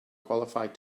qualified